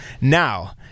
Now